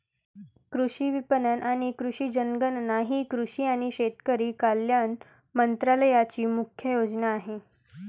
कृषी विपणन आणि कृषी जनगणना ही कृषी आणि शेतकरी कल्याण मंत्रालयाची मुख्य योजना आहे